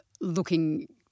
looking